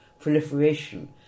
proliferation